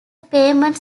payment